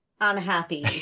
unhappy